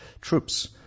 Troops